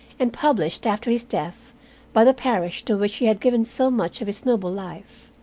and published after his death by the parish to which he had given so much of his noble life.